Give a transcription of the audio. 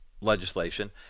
legislation